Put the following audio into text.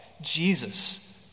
Jesus